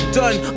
done